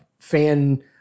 fan